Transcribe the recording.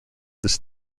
this